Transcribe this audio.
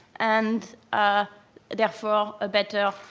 and ah therefore, a better,